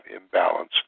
imbalance